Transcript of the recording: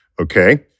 okay